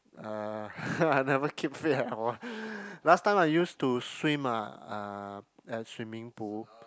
uh I never keep fit at all last time I used to swim ah uh at swimming pool